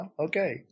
okay